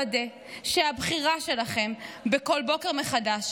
אני רוצה לוודא שהבחירה שלכם בכל בוקר מחדש